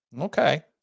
Okay